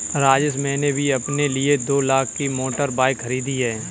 राजेश मैंने भी अपने लिए दो लाख की मोटर बाइक खरीदी है